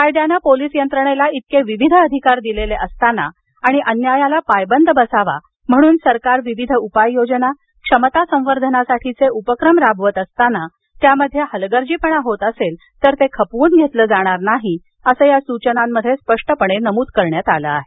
कायद्यानं पोलीस यंत्रणेला इतके विविध अधिकार दिलेले असताना आणि अन्यायाला पायबंद बसावा यासाठी सरकार विविध उपाययोजना क्षमता संवर्धनासाठीचे उपक्रम राबवीत असताना त्यामध्ये हलगर्जीपणा होत असेल तर ते खपवून घेतलं जाणार नाही असं या सूचनांमध्ये नमूद करण्यात आलं आहे